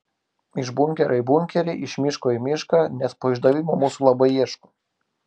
iš bunkerio į bunkerį iš miško į mišką nes po išdavimo mūsų labai ieško